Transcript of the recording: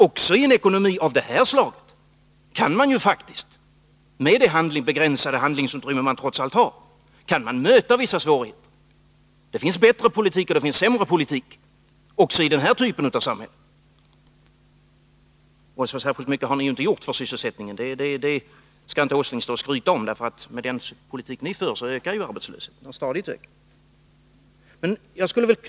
Också i en ekonomi av det här slaget kan man faktiskt — med det begränsade handlingsutrymme som trots allt finns — stöta på vissa svårigheter. Det finns bättre politik och sämre politik också i den här typen av samhälle. Men så särskilt mycket har ni ju inte gjort för sysselsättningen. Nils Åsling skall inte skryta om det, för med den politik som ni för ökar ju arbetslösheten — och den har stadigt ökat.